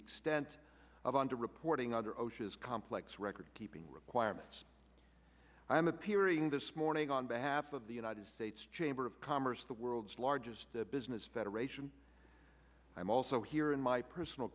extent of under reporting under osha is complex record keeping requirements i am appearing this morning on behalf of the united states chamber of commerce the world's largest business federation i'm also here in my personal